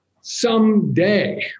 someday